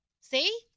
see